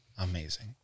amazing